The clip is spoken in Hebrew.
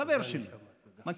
חבר שלי, נא לסיים.